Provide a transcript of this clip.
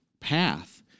path